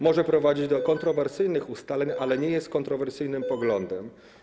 Może prowadzić do kontrowersyjnych ustaleń, ale nie jest kontrowersyjnym poglądem.